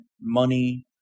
money